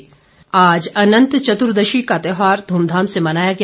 अनंत चतुर्दशी आज अनंत चतुर्दशी का त्योहार ध्रमधाम से मनाया गया